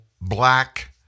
black